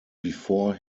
before